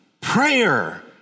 prayer